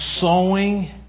sowing